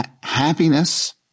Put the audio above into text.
Happiness